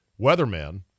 weatherman